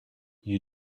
you